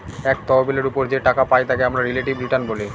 এক তহবিলের ওপর যে টাকা পাই তাকে আমরা রিলেটিভ রিটার্ন বলে